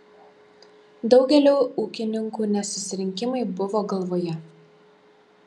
daugeliui ūkininkų ne susirinkimai buvo galvoje